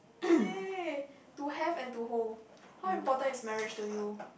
yay to have and to hold how important is marriage to you